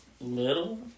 little